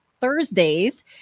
Thursdays